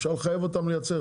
אפשר לחייב אותם לייצר.